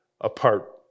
apart